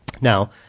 Now